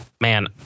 Man